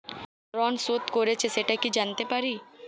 ঋণ শোধ করেছে সেটা কি জানতে পারি?